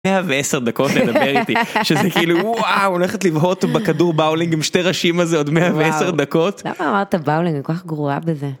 110 דקות לדבר איתי שזה כאילו וואו, הולכת לבהות בכדור באולינג עם שתי ראשים הזה עוד 110 דקות. למה אמרת באולינג אני כל כך גרועה בזה.